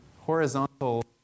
horizontal